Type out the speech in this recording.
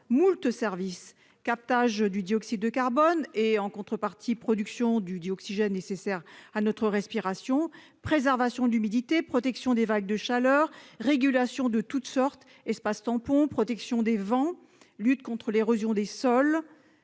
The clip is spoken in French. moult services : captage du dioxyde de carbone et, en contrepartie, production du dioxygène nécessaire à notre respiration ; préservation de l'humidité ; protection contre les vagues de chaleur ; régulations de toutes sortes ; espaces-tampons ; protection contre les vents ; lutte contre l'érosion des sols